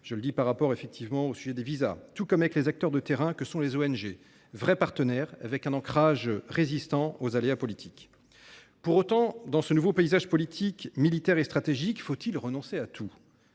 pense ici à la problématique des visas –, tout comme avec les acteurs de terrain que sont les ONG, ces véritables partenaires, avec un ancrage résistant aux aléas politiques. Pour autant, dans ce nouveau paysage politique, militaire et stratégique, faut il renoncer à tout ?